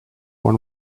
won